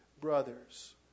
brothers